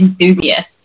enthusiast